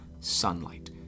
Sunlight